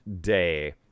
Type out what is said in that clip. day